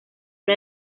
una